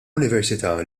università